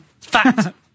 Fact